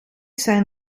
zijn